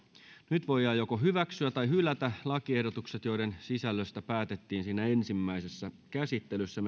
nyt voidaan hyväksyä tai hylätä lakiehdotukset joiden sisällöstä päätettiin ensimmäisessä käsittelyssä